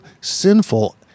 sinful